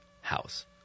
house